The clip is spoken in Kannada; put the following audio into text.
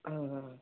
ಹಾಂ ಹಾಂ